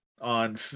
on